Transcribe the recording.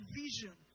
vision